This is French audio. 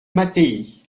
mattei